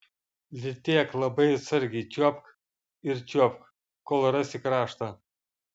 lytėk labai atsargiai čiuopk ir čiuopk kol rasi kraštą